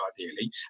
ideally